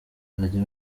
bazajya